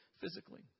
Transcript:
physically